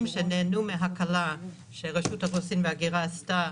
שנהנו מהקלה שרשות האוכלוסין וההגירה עשתה